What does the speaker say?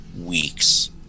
weeks